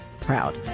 proud